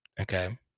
okay